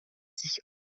sich